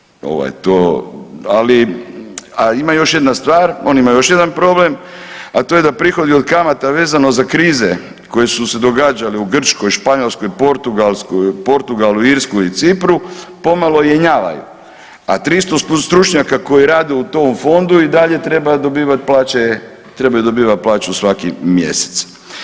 Ovaj, to, ali, a ima još jedna stvar, on ima još jedan problem, a to je da prihodi od kamata vezano za krize koje su se događale u Grčkoj, Španjolskoj, Portugalu, Irskoj i Cipru, pomalo jenjavaju, a 300 stručnjaka koji rade u tom Fondu i dalje treba dobivati plaće, trebaju dobivati plaću svaki mjesec.